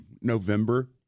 November